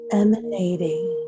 emanating